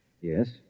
Yes